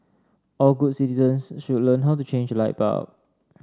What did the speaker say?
all good citizens should learn how to change light bulb